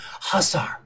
Hussar